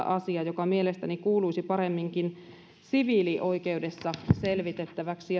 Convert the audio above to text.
asia joka mielestäni kuuluisi paremminkin siviilioikeudessa selvitettäväksi